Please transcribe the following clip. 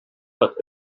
hat